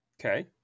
Okay